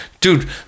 dude